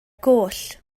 goll